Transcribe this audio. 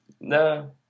No